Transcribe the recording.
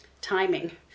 Timing